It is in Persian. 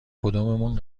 کدوممون